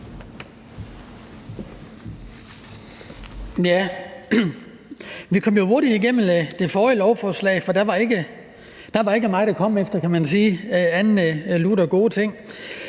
Vi kom jo hurtigt igennem det forrige lovforslag, for der var ikke meget at komme efter, kan man sige, andet end lutter gode ting.